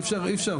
אי אפשר,